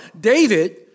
David